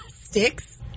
Sticks